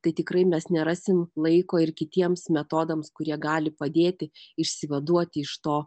tai tikrai mes nerasim laiko ir kitiems metodams kurie gali padėti išsivaduoti iš to